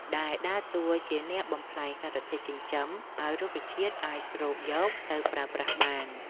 ដែលដើរតួជាអ្នកបំប្លែងសារធាតុចិញ្ចឹមឱ្យរុក្ខជាតិអាចស្រូបយកទៅប្រើប្រាស់បាន។